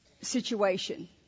situation